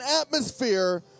atmosphere